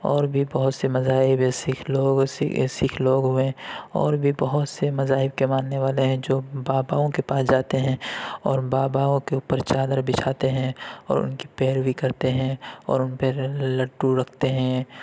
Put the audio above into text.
اور بھی بہت سے مذاہب ہے سکھ لوگ سکھ لوگ میں اور بھی بہت سے مذاہب کے ماننے والے ہیں جو باباؤں کے پاس جاتے ہیں اور باباؤں کے اوپر چادر بچھاتے ہیں اور ان کی پیروی کرتے ہیں اور ان پہ لڈو رکھتے ہیں